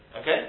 Okay